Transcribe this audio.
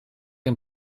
een